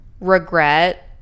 regret